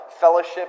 fellowship